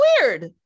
weird